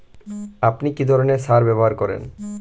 আপনি কী ধরনের সার ব্যবহার করেন?